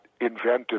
invented